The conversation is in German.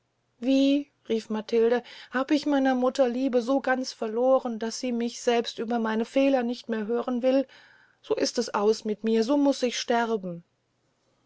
wie rief matilde hab ich meiner mutter liebe so ganz verlohren daß sie mich selbst über meine fehler nicht mehr hören will so ist es aus mit mir so muß ich sterben